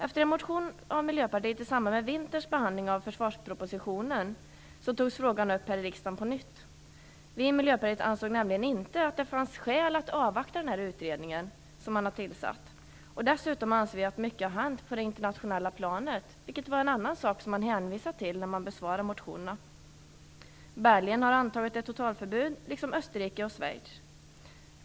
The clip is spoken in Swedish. Efter en motion av Miljöpartiet i samband med vinterns behandling av försvarspropositionen togs frågan upp här i riksdagen på nytt. Vi i Miljöpartiet ansåg inte att det fanns skäl att avvakta den utredning man har tillsatt. Dessutom anser vi att mycket har hänt på det internationella planet, vilket var en annan sak som hänvisades till när utskottet besvarade motionerna. Belgien har antagit ett totalförbud liksom Österrike och Schweiz.